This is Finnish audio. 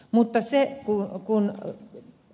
mutta se kun ed